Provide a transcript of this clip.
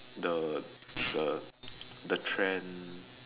the the the trend